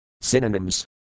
Synonyms